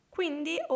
Quindi